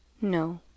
No